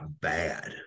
bad